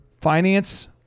Finance